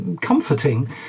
comforting